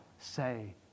say